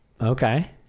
Okay